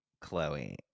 Chloe